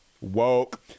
Woke